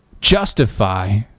justify